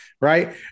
right